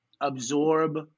absorb